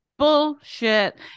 bullshit